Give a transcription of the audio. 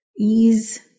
ease